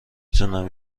تونم